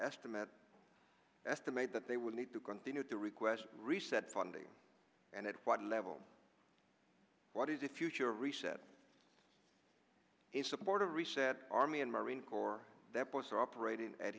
estimate estimate that they would need to continue to request reset funding and at flight level what is a future reset a supportive reset army and marine corps that both are operating at